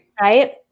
Right